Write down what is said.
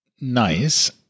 nice